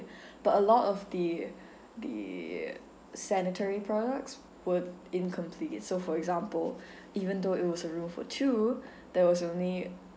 but a lot of the the sanitary products were incomplete so for example even though it was a room for two there was only